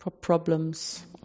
problems